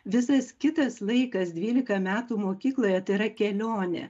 visas kitas laikas dvylika metų mokykloje tai yra kelionė